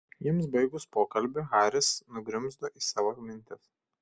jiems baigus pokalbį haris nugrimzdo į savo mintis